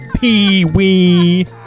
Pee-wee